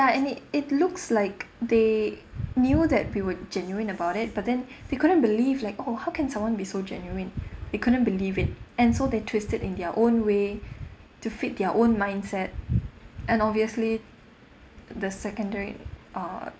and it it looks like they knew that we were genuine about it but then they couldn't believe like oh how can someone be so genuine they couldn't believe it and so they twisted in their own way to feed their own mindset and obviously the secondary uh